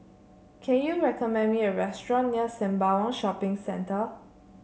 can you recommend me a restaurant near Sembawang Shopping Centre